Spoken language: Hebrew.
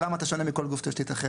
למה אתה שונה מכל גוף תשתית אחר?